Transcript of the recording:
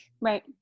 right